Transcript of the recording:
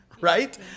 Right